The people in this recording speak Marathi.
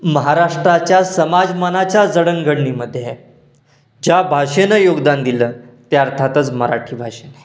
महाराष्ट्राच्या समाजमनाच्या जडणघडणीमध्ये ह्या ज्या भाषेनं योगदान दिलं ते अर्थातच मराठी भाषेने